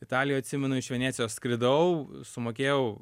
italijoj atsimenu iš venecijos skridau sumokėjau